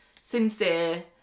sincere